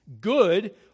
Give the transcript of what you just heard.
good